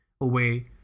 away